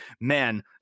Man